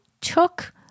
took